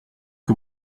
que